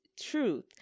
truth